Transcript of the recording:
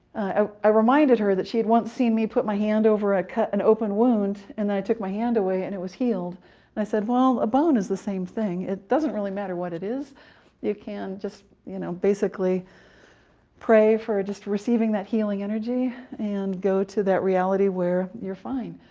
ah i reminded her that she had once seen me put my hand over a cut and open wound, and then i took my hand away and it was healed. and i said, well, a bone is the same thing. it doesn't really matter what it is you can just you know basically pray for receiving that healing energy, and go to that reality where you're fine.